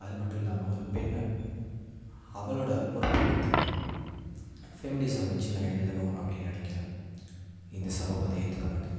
அது மட்டும் இல்லாமல் ஒரு பெண் அவளோடய முற்போக்குத்தன்மை ஃபெமினிசம் வெச்சு நான் எழுதணும் அப்படின் நினைக்கிறேன் இந்த சமூகம் அதை ஏற்றுக்க மாட்டுது